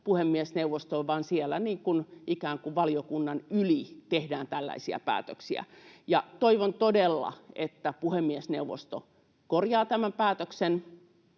puhemiesneuvostoon, vaan siellä ikään kuin valiokunnan yli tehdään tällaisia päätöksiä. Toivon todella, että puhemiesneuvosto korjaa tämän päätöksen